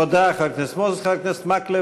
תודה, חבר הכנסת מוזס.